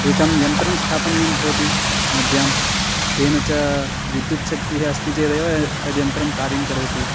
एकं यन्त्रं स्थापनीयं भवति नद्यां तेन च विद्युच्छक्तिः अस्ति चेदेव तद् यन्त्रं कार्यं करोति